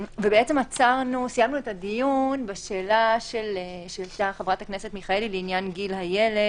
סיימנו את הדיון בשאלה שהעלתה חבר הכנסת מיכאלי בעניין גיל הילד,